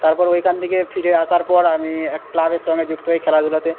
তারপর ওইখান থেকে ফিরে আসার পর আমি ক্লাবের সঙ্গে যুক্ত হই খেলাধূলাতে